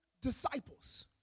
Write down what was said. disciples